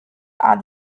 are